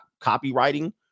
copywriting